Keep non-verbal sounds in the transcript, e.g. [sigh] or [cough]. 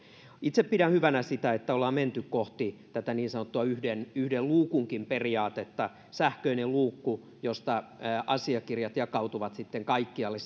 itse pidän hyvänä sitä että ollaan menty myös kohti tätä niin sanottua yhden yhden luukun periaatetta sähköinen luukku josta asiakirjat jakautuvat sitten kaikkialle [unintelligible]